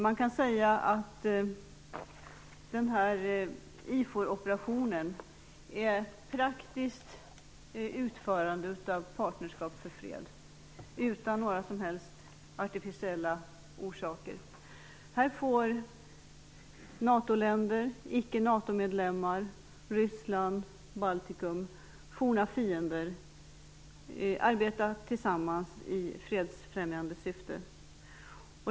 Man kan säga att IFOR-operationen är ett praktiskt utförande av Partnerskap för fred utan några som helst artificiella orsaker. Här får NATO-länder, icke NATO-medlemmar, Ryssland och Baltikum - forna fiender - arbeta tillsammans i fredsfrämjande syfte.